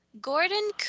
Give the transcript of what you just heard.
Gordon